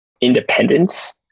independence